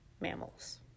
mammals